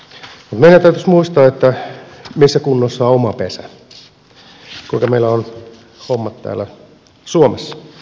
mutta meidän täytyisi muistaa missä kunnossa on oma pesä kuinka meillä on hommat täällä suomessa